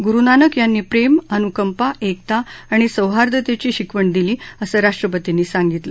गुरुनानक यांनी प्रेम अनुकंपा एकता आणि सौहार्द्रतेची शिकवण दिली असं राष्ट्रपतींनी सांगितलं